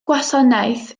gwasanaeth